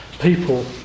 People